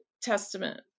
Testament